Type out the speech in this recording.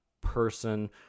person